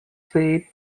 say